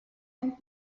and